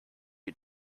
you